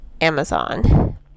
Amazon